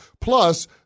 Plus